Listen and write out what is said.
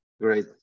Great